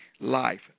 life